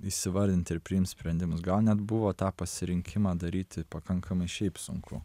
įsivardinti ir priimt sprendimus gal net buvo tą pasirinkimą daryti pakankamai šiaip sunku